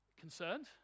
concerned